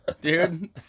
dude